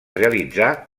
realitzar